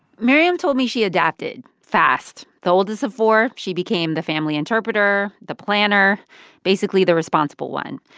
miriam told me she adapted fast. the oldest of four, she became the family interpreter, the planner basically the responsible one.